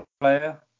player